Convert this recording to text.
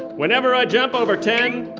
whenever i jump over ten,